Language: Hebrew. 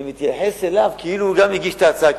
אני מתייחס אליו כאילו גם הוא הגיש את ההצעה,